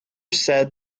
said